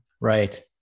right